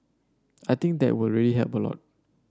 I think that will really help a lot